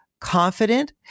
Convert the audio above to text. confident